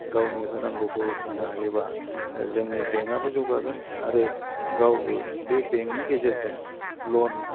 गावनि होनांगौखौ होफिन्नो हायोबा जोंनि बेंकआबो जौगागोन आरो गावबो बे बेंकनि गेजेरजों लन